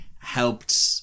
helped